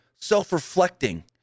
self-reflecting